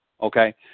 Okay